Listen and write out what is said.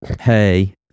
hey